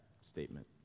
statement